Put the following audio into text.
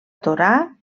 torà